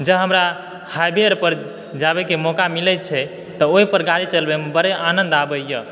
जँ हमरा हाइवे आर पर जाय के मौक़ा मिलै छै तऽ ओहि पर गाड़ी चलाबय मे बड़े आनंद आबै यऽ